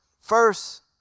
first